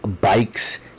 Bikes